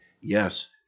yes